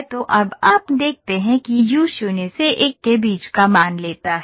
तो अब आप देखते हैं कि यू 0 से 1 के बीच का मान लेता है